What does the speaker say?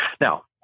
Now